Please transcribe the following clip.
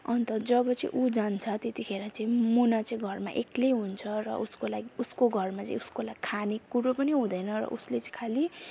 अन्त जब चाहिँ उ जान्छ त्यतिखेर चाहिँ मुना चाहिँ घरमा एक्लै हुन्छ र उसको लागि उसको घरमा चाहिँ उसको लागि खानेकुरो पनि हुँदैन र उसले चाहिँ खालि